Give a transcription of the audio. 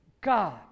God